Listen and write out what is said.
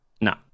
No